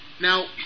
Now